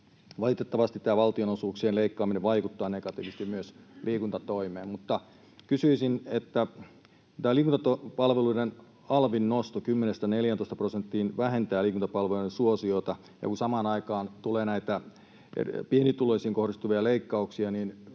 Valitettavasti valtionosuuksien leikkaaminen vaikuttaa negatiivisesti myös liikuntatoimeen. Mutta kysyisin: liikuntapalveluiden alvin nosto 10:stä 14 prosenttiin vähentää liikuntapalveluiden suosiota, ja kun samaan aikaan tulee näitä pienituloisiin kohdistuvia leikkauksia,